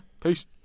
peace